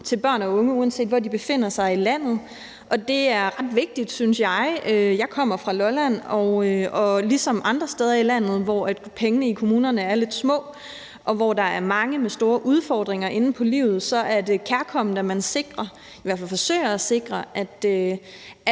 til børn og unge, uanset hvor de befinder sig i landet, og det synes jeg er ret vigtigt. Jeg kommer fra Lolland, og her er det, ligesom andre steder i landet, hvor pengene i kommunerne er lidt små, og hvor der er mange med store udfordringer inde på livet, kærkomment, at man i hvert fald forsøger at sikre, at